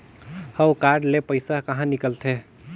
हव कारड ले पइसा कहा निकलथे?